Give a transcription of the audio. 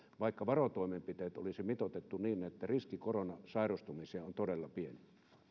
vaikka varotoimenpiteet olisi mitoitettu niin että riski koronaan sairastumiseen on todella pieni